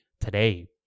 today